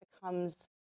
becomes